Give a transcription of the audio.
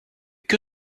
que